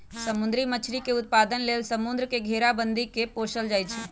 समुद्री मछरी के उत्पादन लेल समुंद्र के घेराबंदी कऽ के पोशल जाइ छइ